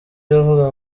iravuga